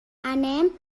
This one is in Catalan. anem